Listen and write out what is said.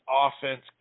offense